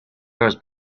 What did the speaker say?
doors